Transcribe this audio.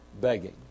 begging